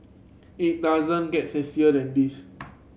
it doesn't get sexier than this